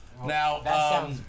Now